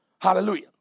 Hallelujah